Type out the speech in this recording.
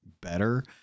better